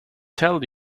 tell